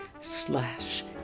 slash